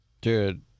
Dude